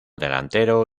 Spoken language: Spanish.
delantero